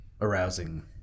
arousing